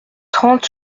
trente